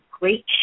great